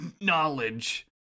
knowledge